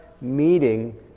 meeting